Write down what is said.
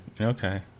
okay